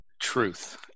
Truth